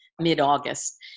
mid-August